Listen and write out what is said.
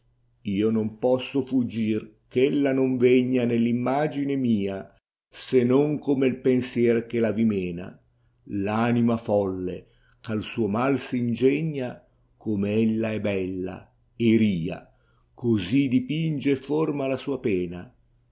lo non posso fuggir eh ella non veglia neil immagine mia se non come il pensier che la ti mna l anima folle eh al suo mal s ingegna come ella è bella e ria così dipinge e forma la saa pena